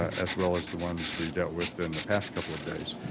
as well as the ones we dealt with in the past couple of days.